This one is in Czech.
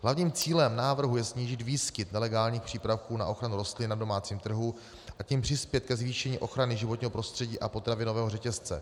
Hlavním cílem návrhu je snížit výskyt nelegálních přípravků na ochranu rostlin na domácím trhu, a tím přispět ke zvýšení ochrany životního prostředí a potravinového řetězce.